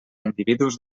individus